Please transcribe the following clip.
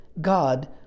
God